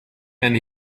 and